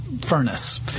furnace